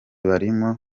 barimo